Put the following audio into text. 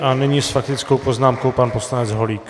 A nyní s faktickou poznámkou pan poslanec Holík.